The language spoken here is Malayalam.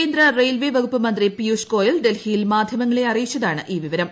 കേന്ദ്ര റെയിൽവെ വകുപ്പ് മന്ത്രി പിയൂഷ് ഗോയൽ ഡൽഹിയിൽ മാധ്യമങ്ങളെ അറിയിച്ചതാണ് ഈ വിവരം